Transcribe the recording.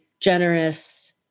generous